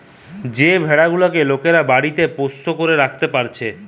যে ভেড়া গুলেক লোকরা বাড়িতে পোষ্য করে রাখতে পারতিছে